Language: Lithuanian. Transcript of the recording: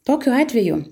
tokiu atveju